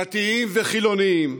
דתיים וחילונים,